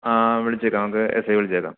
ആ വിളിച്ചേക്കാം നമുക്ക് എസ് ഐയെ വിളിച്ചേക്കാം